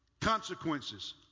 consequences